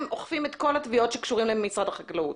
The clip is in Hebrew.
אוכפים את כל התביעות שקשורות במשרד החקלאות.